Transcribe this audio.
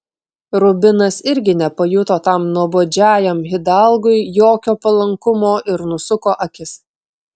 rubinas irgi nepajuto tam nuobodžiajam hidalgui jokio palankumo ir nusuko akis